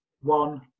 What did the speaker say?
one